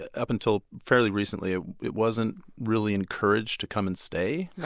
ah up until fairly recently ah it wasn't really encouraged to come and stay.